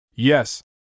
Yes